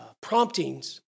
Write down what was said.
promptings